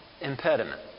impediment